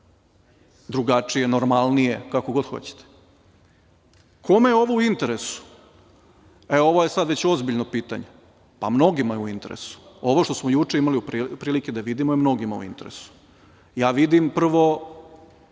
drugačije, normalnije, kako god hoćete. Kome je ovo u interesu? Ovo je sad već ozbiljno pitanje. Mnogima je u interesu. Ovo što smo juče imali prilike da vidimo mnogima je u interesu. Ja vidim, prvo,